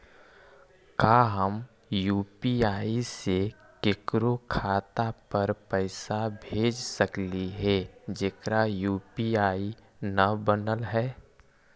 का हम यु.पी.आई से केकरो खाता पर पैसा भेज सकली हे जेकर यु.पी.आई न बनल है?